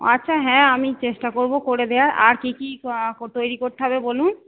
আচ্ছা হ্যাঁ আমি চেষ্টা করব করে দেওয়ার আর কী কী তৈরি করতে হবে বলুন